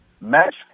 match